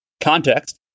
context